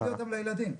--- אותם לילדים.